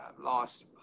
loss